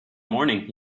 morning